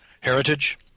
heritage